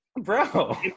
Bro